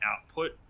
output